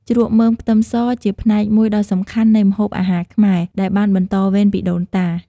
ជ្រក់មើមខ្ទឹមសជាផ្នែកមួយដ៏សំខាន់នៃម្ហូបអាហារខ្មែរ ដែលបានបន្តវេនពីដូនតា។